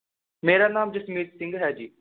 ਮੇਰਾ ਨਾਮ ਜਸਮੀਤ ਸਿੰਘ ਹੈ ਜੀ